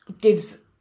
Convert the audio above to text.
gives